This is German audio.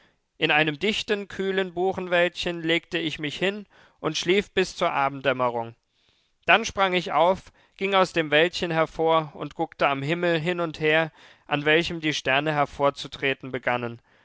in einem dichten kühlen buchenwäldchen legte ich mich hin und schlief bis zur abenddämmerung dann sprang ich auf ging aus dem wäldchen hervor und guckte am himmel hin und her an welchem die sterne hervorzutreten begannen